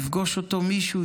יפגוש אותו מישהו,